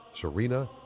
Serena